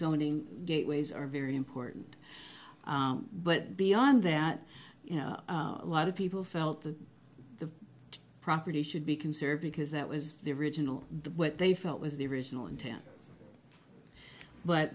zoning gateways are very important but beyond that you know a lot of people felt that the property should be conserved because that was the original what they felt was the original intent but